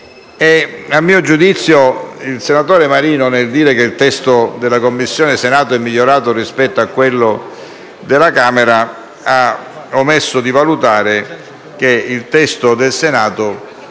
A mio giudizio, il senatore Luigi Marino, nel dire che il testo proposto dalla Commissione del Senato è migliorato rispetto a quello della Camera, ha omesso di valutare che il testo del Senato riporta